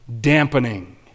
dampening